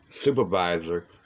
supervisor